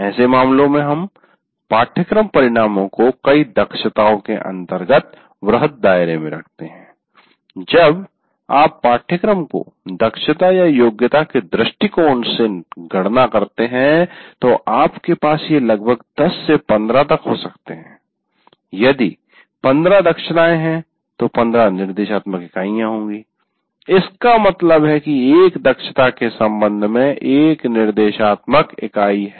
ऐसे मामलों में हम 'पाठ्यक्रम परिणामों' को कई दक्षताओं के अंतर्गत वृहद दायरे में रखते है जब आप पाठ्यक्रम को दक्षता योग्यता के दृष्टिकोण से गणना करते हैं तो आपके पास ये लगभग 10 से 15 तक हो सकते हैं यदि 15 दक्षताएँ हैं तो 15 निर्देशात्मक इकाइयाँ होंगी इसका मतलब है कि एक दक्षता के संबंध में एक निर्देशात्मक इकाई है